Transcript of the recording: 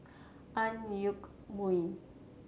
Ang Yoke Mooi